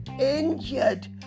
injured